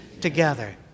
together